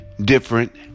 Different